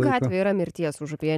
gatvė yra mirties užupyje